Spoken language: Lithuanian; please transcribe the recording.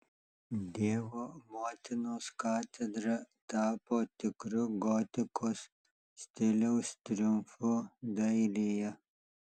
dievo motinos katedra tapo tikru gotikos stiliaus triumfu dailėje